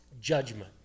judgment